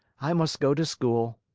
i must go to school.